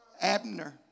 Abner